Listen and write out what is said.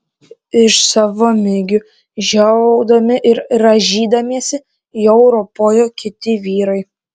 iš savo migių žiovaudami ir rąžydamiesi jau ropojo kiti vyrai